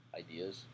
ideas